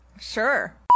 Sure